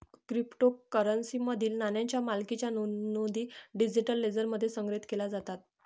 क्रिप्टोकरन्सीमधील नाण्यांच्या मालकीच्या नोंदी डिजिटल लेजरमध्ये संग्रहित केल्या जातात